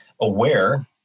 aware